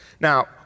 Now